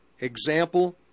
example